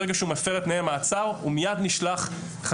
ברגע שהוא מפר את תנאי המעצר,